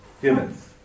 humans